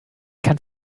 kann